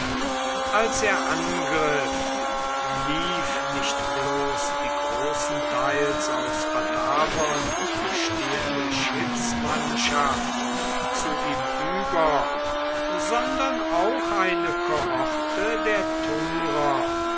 als er angriff lief nicht bloß die großenteils aus batavern bestehende schiffsmannschaft zu ihm über sondern auch eine kohorte der